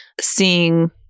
seeing